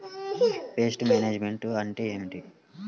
Pest management అంటే ఏమిటి?